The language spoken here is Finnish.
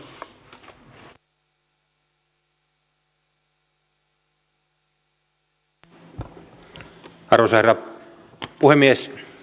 arvoisa herra puhemies